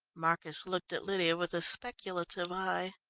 marcus looked at lydia with a speculative eye.